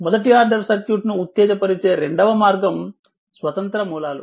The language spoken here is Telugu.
మొదటి ఆర్డర్ సర్క్యూట్ను ఉత్తేజపరిచే రెండవ మార్గం స్వతంత్ర మూలాలు